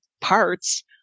parts